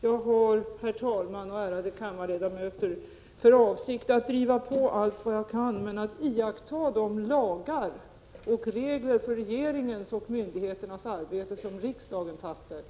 Jag har, herr talman och ärade ledamöter, för avsikt att driva på allt vad jag kan men iaktta de lagar och regler för regeringens och myndigheternas arbete som riksdagen fastställt.